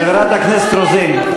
חברת הכנסת רוזין,